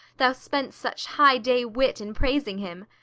thou spend'st such high-day wit in praising him.